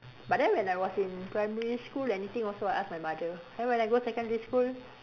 but then when I was in primary school anything also I ask my mother then when I go secondary school